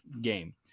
game